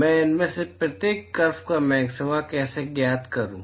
मैं इनमें से प्रत्येक कर्व का मैक्सिमा कैसे ज्ञात करूं